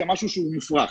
זה משהו שהוא מופרך.